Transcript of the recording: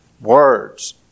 words